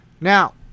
Now